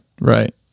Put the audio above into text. right